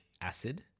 acid